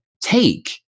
take